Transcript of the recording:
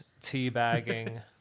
teabagging